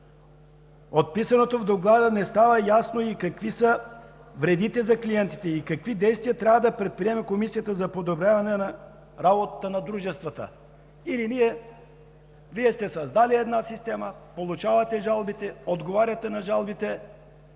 От писаното в Доклада не става ясно какви са вредите за клиентите и какви действия трябва да предприеме Комисията за подобряване на работата на дружествата. Или Вие сте създали една система, получавате жалбите, отговаряте на жалбите